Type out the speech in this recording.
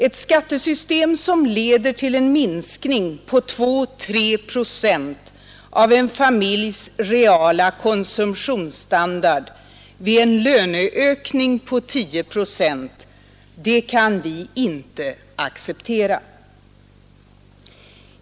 Ett skattesystem, som leder till en minskning på 2—3 procent av en familjs reala konsumtionsstandard vid en löneökning på 10 procent, kan vi inte acceptera.